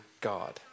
God